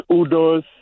Udo's